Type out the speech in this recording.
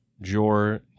jor